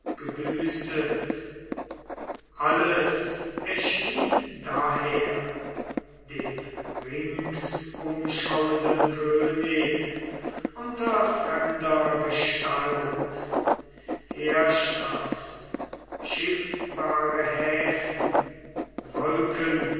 gebüßet alles erschien daher dem ringsumschauenden könig unter fremder gestalt heerstraßen schiffbare häfen wolkenberührende